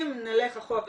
שאם נלך אחורה,